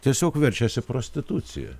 tiesiog verčiasi prostitucija